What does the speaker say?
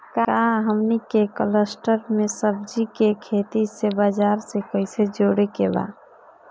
का हमनी के कलस्टर में सब्जी के खेती से बाजार से कैसे जोड़ें के बा?